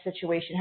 situation